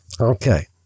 Okay